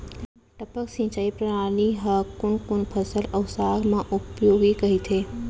टपक सिंचाई प्रणाली ह कोन कोन फसल अऊ साग म उपयोगी कहिथे?